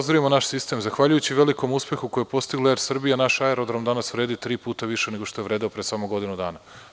Zahvaljujući velikom uspehu koji je postigla „Er Srbija“, naš aerodrom danas vredi tri puta više nego što je vredeo pre samo godinu dana.